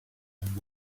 and